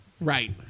Right